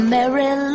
Mary